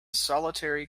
solitary